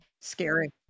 Scary